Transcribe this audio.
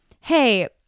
hey